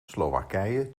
slowakije